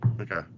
Okay